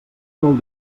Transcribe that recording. molt